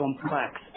complex